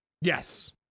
Yes